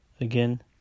again